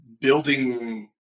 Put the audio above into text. building